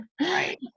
Right